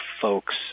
folks